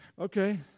Okay